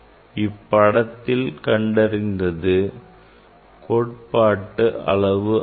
இப்படத்தில் கண்டறிந்தது கோட்பாட்டு அளவு ஆகும்